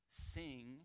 sing